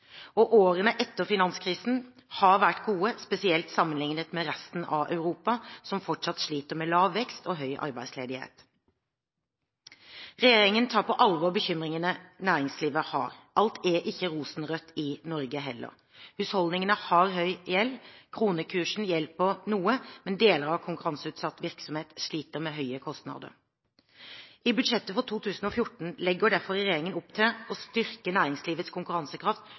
Årene etter finanskrisen har vært gode, spesielt sammenlignet med resten av Europa, som fortsatt sliter med lav vekst og høy arbeidsledighet. Regjeringen tar på alvor bekymringene næringslivet har. Alt er ikke rosenrødt i Norge heller. Husholdningene har høy gjeld. Kronekursen hjelper noe, men deler av konkurranseutsatt virksomhet sliter med høye kostnader. I budsjettet for 2014 legger derfor regjeringen opp til å styrke næringslivets konkurransekraft